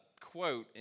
quote